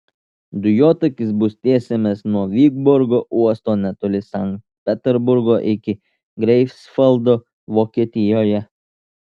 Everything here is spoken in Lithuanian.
dujotakis bus tiesiamas nuo vyborgo uosto netoli sankt peterburgo iki greifsvaldo vokietijoje